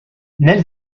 nel